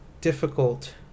difficult